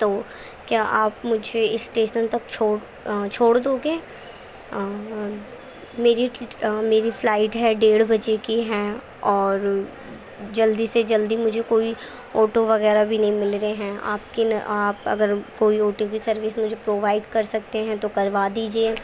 تو کیا آپ مجھے اسٹیشن تک چھوڑ چھوڑ دو گے میری میری فلائٹ ہے ڈیڑھ بجے کی ہے اور جلدی سے جلدی مجھے کوئی آٹو وغیرہ بھی نہیں مل رہے ہیں آپ کے آپ اگر کوئی آٹو کی سروس مجھے پرووائڈ کر سکتے ہیں تو کروا دیجیے